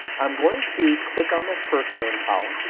i'm going to click on the first name column,